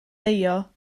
deio